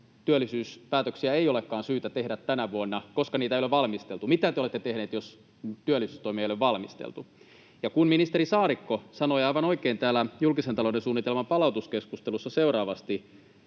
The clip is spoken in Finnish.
työllisyyspäätöksiä ei olekaan syytä tehdä tänä vuonna, koska niitä ei ole valmisteltu. Mitä te olette tehneet, jos työllisyystoimia ole valmisteltu? Ja kun ministeri Saarikko sanoi aivan oikein täällä julkisen talouden suunnitelman palautekeskustelussa näin,